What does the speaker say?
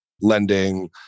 lending